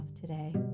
today